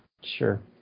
Sure